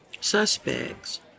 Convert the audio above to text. suspects